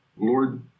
Lord